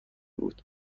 بود